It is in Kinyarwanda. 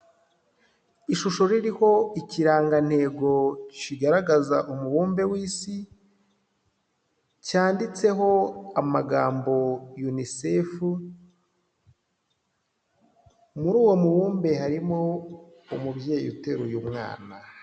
Ishusho ririho ikirangantego kigaragaza umubumbe w'isi, cyanditseho amagambo Unicef, muri uwo mubumbe harimo umubyeyi uteruye umwana.